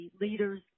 leaders